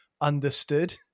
understood